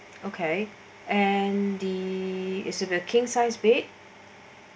okay and the is that a king size bed